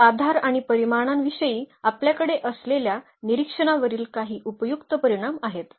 या आधार आणि परिमाणांविषयी आपल्याकडे असलेल्या निरीक्षणावरील काही उपयुक्त परिणाम आहेत